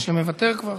שמוותר כבר?